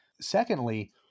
Secondly